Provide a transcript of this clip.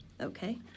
Okay